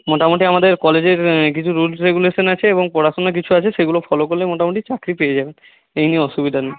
মোটামুটি আমাদের কলেজের কিছু রুলস রেগুলেশান আছে এবং পড়াশোনা কিছু আছে সেগুলো ফলো করলে মোটামুটি চাকরি পেয়ে যাবেন এই নিয়ে অসুবিধা নেই